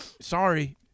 sorry